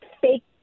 fake